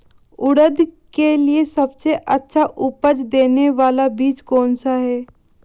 उड़द के लिए सबसे अच्छा उपज देने वाला बीज कौनसा है?